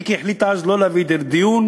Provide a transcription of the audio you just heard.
מיקי החליט אז שלא להביא את זה לדיון,